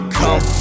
come